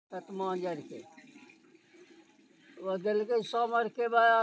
mercerised cotton एकटा खास तरह के सूती धागा छियै, जे खूब चमकै छै